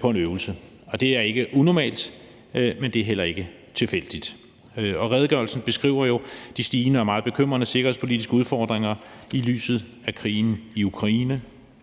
på en øvelse. Det er ikke unormalt, men det er heller ikke tilfældigt. Redegørelsen beskriver jo de stigende og meget bekymrende sikkerhedspolitiske udfordringer i lyset af krigen i Ukraine,